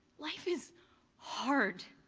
life is hard!